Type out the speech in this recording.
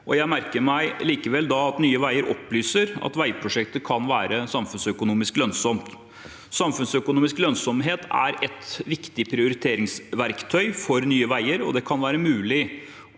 Jeg merker meg likevel at Nye veier opplyser at veiprosjektet kan være samfunnsøkonomisk lønnsomt. Samfunnsøkonomisk lønnsomhet er et viktig prioriteringsverktøy for Nye veier, og det kan være mulig